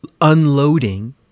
unloading